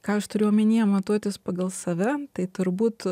ką aš turiu omenyje matuotis pagal save tai turbūt